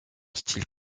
style